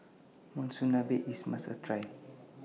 Monsunabe IS must A Try